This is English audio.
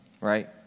right